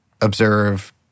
observe